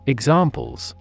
Examples